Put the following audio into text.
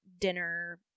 dinner